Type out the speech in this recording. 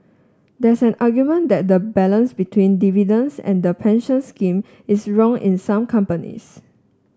there's an argument that the balance between dividends and the pension scheme is wrong in some companies